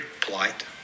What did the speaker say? polite